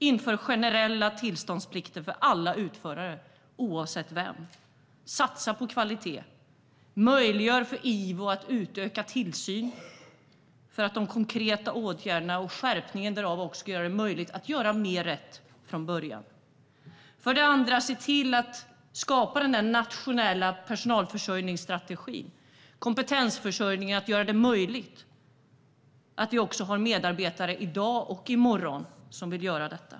Inför generella tillståndsplikter för alla utförare, oavsett vem det är. Satsa på kvalitet. Möjliggör för Ivo att utöka tillsynen, så att de konkreta åtgärderna och skärpningen därav också ska göra det möjligt att göra mer rätt från början. För det andra: Se till att skapa en nationell personalförsörjningsstrategi! Kompetensförsörjning behövs för att göra det möjligt att vi har medarbetare i dag och i morgon som vill göra detta.